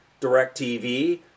DirecTV